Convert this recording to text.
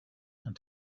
and